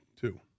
two